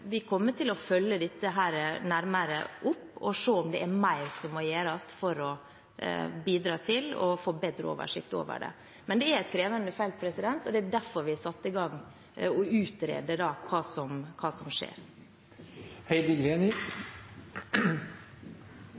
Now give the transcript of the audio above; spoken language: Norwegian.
vi kommer til å følge dette nærmere opp og se om det er mer som må gjøres for å bidra til å få bedre oversikt over dette. Men dette er et krevende felt, og det er derfor vi har satt i gang å utrede hva som